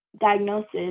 diagnosis